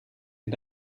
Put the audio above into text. ihr